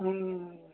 ਹਮ